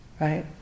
right